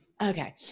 okay